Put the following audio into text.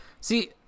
See